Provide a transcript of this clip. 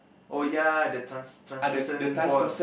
oh ya the trans translucent ball